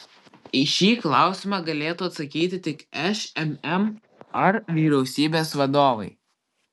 į šį klausimą galėtų atsakyti tik šmm ar vyriausybės vadovai